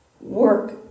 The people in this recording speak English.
work